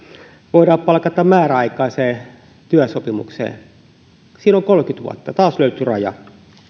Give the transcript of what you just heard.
voidaan palkata määräaikaiseen työsopimukseen siinä on kolmekymmentä vuotta taas löytyi raja